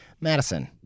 Madison